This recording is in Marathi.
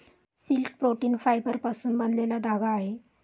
सिल्क प्रोटीन फायबरपासून बनलेला धागा आहे